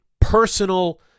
personal